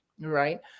right